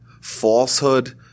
falsehood